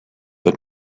the